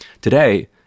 Today